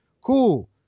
Cool